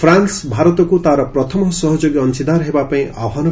France ଭାରତକୁ ତାର ପ୍ରଥମ ସହଯୋଗୀ ଅଂଶିଦାର ହେବା ପାଇଁ ଆହ୍ୱାନ